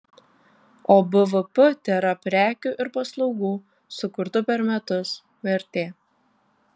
o bvp tėra prekių ir paslaugų sukurtų per metus vertė